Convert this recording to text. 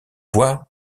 voire